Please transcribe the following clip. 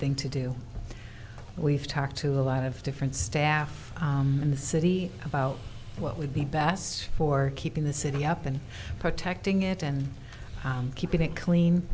thing to do and we've talked to a lot of different staff in the city about what would be best for keeping the city up and protecting it and keeping it clean